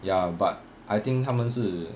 ya but I think 他们是